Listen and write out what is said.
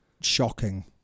shocking